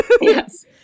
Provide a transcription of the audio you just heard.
Yes